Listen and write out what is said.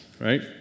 right